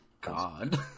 god